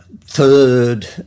third